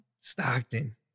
Stockton